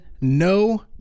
no